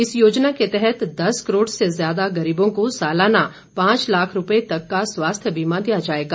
इस योजना के तहत दस करोड़ से ज्यादा गरीबों को सालाना पांच लाख रुपये तक का स्वास्थ्य बीमा दिया जाएगा